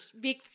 Big